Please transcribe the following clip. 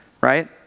right